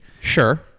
Sure